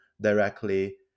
directly